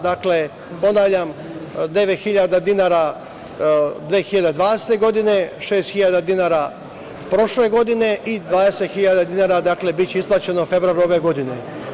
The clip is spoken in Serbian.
Dakle, ponavljam, 9.000 dinara 2020. godine, 6.000 dinara prošle godine i 20.000 dinara biće isplaćeno u februaru ove godine.